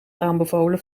aanbevolen